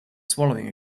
swallowing